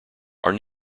are